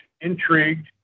intrigued